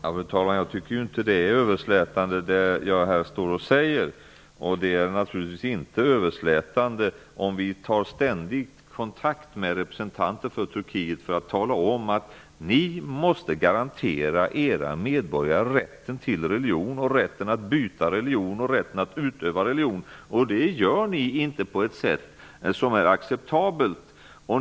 Fru talman! Jag tycker inte att det jag här säger är överslätande. Det är naturligtvis inte överslätande att vi ständigt tar kontakt med representanter för Turkiet där vi säger att de måste garantera sina medborgare rätten till religion, rätten att byta religion och rätten att utöva religion och att de inte gör det på ett sätt som är acceptabelt.